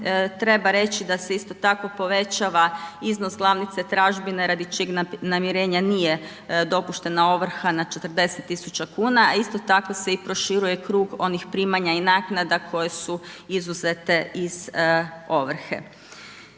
treba reći da se isto tako povećava iznos glavnice tražbine radi čijeg namirenja nije dopuštena ovrha na 40 000 kn a isto tako se i proširuje krug onih primanja i naknada koje su izuzete iz ovrhe.